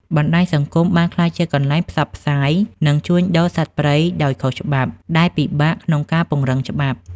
បណ្តាញសង្គមបានក្លាយជាកន្លែងផ្សព្វផ្សាយ និងជួញដូរសត្វព្រៃដោយខុសច្បាប់ ដែលពិបាកក្នុងការពង្រឹងច្បាប់។